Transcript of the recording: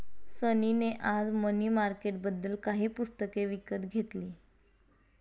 सनी ने आज मनी मार्केटबद्दल काही पुस्तके विकत घेतली